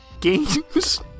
Games